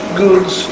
goods